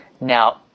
Now